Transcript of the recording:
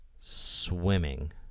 swimming